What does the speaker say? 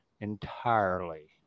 entirely